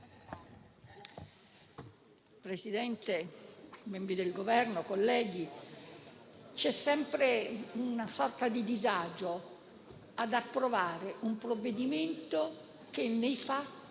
rappresentanti del Governo, colleghi, c'è sempre una sorta di disagio ad approvare un provvedimento che nei